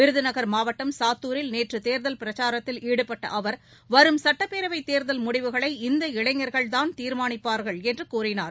விருதுநகள் மாவட்டம் சாத்தூரில் நேற்று நேர்தல் பிரச்சாரத்தில் ஈடுபட்ட அவா் வரும் சட்டப்பேரவைத் தேர்தல் முடிவுகளை இந்த இளைஞா்கள்தான் தீர்மானிப்பார்கள் என்று கூறினார்